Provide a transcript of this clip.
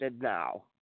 now